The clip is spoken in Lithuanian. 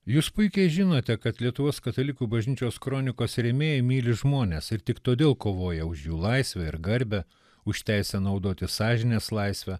jūs puikiai žinote kad lietuvos katalikų bažnyčios kronikos rėmėjai myli žmones ir tik todėl kovoja už jų laisvę ir garbę už teisę naudotis sąžinės laisve